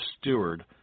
steward